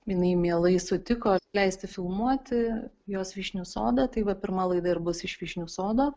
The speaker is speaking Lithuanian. jinai mielai sutiko leisti filmuoti jos vyšnių sodą tai va pirma laida ir bus iš vyšnių sodo